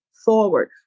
forward